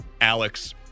Alex